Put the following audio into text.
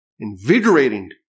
invigorating